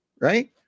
right